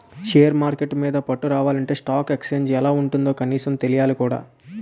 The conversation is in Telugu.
షేర్ మార్కెట్టు మీద పట్టు రావాలంటే స్టాక్ ఎక్సేంజ్ ఎలా ఉంటుందో కనీసం తెలియాలి కదా